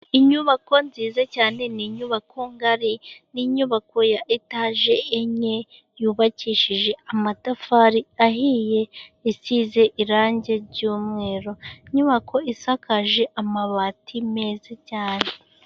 Inyubako nziza cyane. Ni inyubako ngari. Ni inyubako ya etage enye. Yubakishije amatafari ahiye. Isize irangi ry'umweru. Inyubako isakaje amabati meza cyane.